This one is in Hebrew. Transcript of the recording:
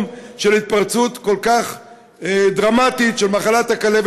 של התפרצות כל כך דרמטית של מחלת הכלבת,